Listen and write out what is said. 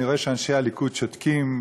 אני רואה שאנשי הליכוד שותקים,